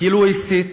כאילו הוא הסית.